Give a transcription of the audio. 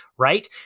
right